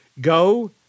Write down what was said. Go